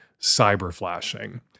cyber-flashing